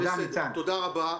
תודה רבה.